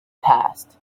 past